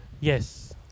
Yes